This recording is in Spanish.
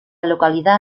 localidad